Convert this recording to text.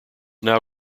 now